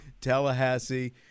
Tallahassee